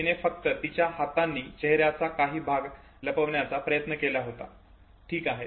तिने फक्त तिच्या हातांनी चेहऱ्याचा काही भाग लपवण्याचा प्रयत्न केला होता ठीक आहे